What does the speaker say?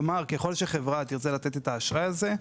כלומר, ככל שחברה תרצה לתת את האשראי הזה,